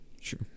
sure